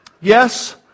Yes